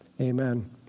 amen